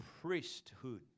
priesthood